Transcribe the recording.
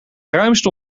ruimste